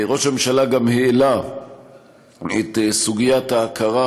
ראש הממשלה גם העלה את סוגיית ההכרה